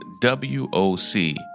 w-o-c